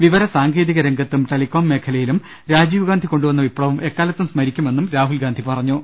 വിവര സാങ്കേതിക രംഗത്തും ടെലികോം മേഖലയിലും രാജീവ് ഗാന്ധി കൊണ്ടുവന്ന വിപ്ലവം എക്കാലത്തും സ്മരിക്കുമെന്നും രാഹുൽ ഗാന്ധി പറഞ്ഞു